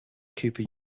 cooper